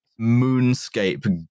moonscape